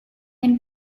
and